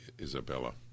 Isabella